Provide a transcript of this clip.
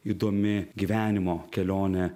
įdomi gyvenimo kelionė